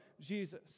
Jesus